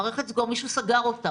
מישהו סגר אותה.